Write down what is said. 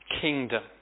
kingdom